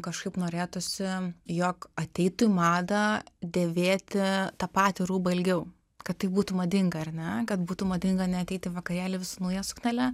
kažkaip norėtųsi jog ateitų į madą dėvėti tą patį rūbą ilgiau kad tai būtų madinga ar ne kad būtų madinga neateit į vakarėlį vis su nauja suknele